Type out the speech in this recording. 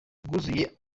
bwuzuye